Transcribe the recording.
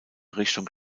richtung